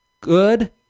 good